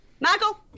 Michael